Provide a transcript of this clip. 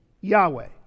Yahweh